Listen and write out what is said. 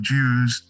Jews